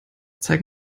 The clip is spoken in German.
zeig